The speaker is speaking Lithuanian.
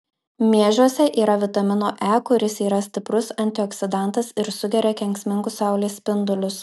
miežiuose yra vitamino e kuris yra stiprus antioksidantas ir sugeria kenksmingus saulės spindulius